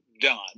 done